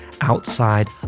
outside